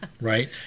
right